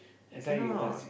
cannot